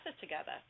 together